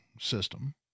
system